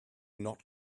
not